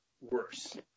worse